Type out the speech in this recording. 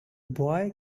boy